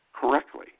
correctly